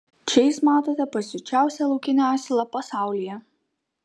čia jūs matote pasiučiausią laukinį asilą pasaulyje